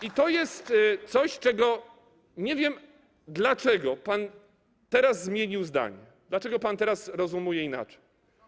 I to jest coś, co do czego nie wiem, dlaczego pan teraz zmienił zdanie, dlaczego pan teraz rozumuje inaczej.